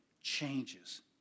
changes